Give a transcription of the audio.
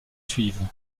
suivent